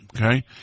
Okay